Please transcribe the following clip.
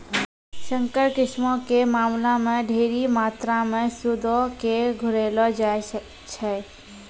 संकर किस्मो के मामला मे ढेरी मात्रामे सूदो के घुरैलो जाय छै